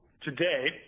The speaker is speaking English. Today